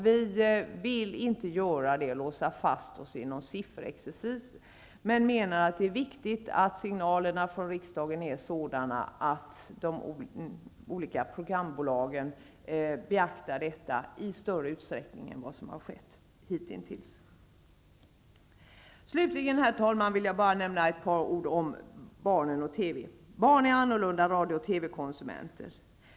Vi vill inte låsa fast oss i någon sifferexercis. Vi menar att det är viktigt att signalerna från riksdagen är sådana att de olika programbolagen beaktar detta i större utsträckning än vad som har skett hitintills. Herr talman! Jag vill slutligen säga några ord om barnen och TV. Barn är annorlunda radio och TV konsumenter.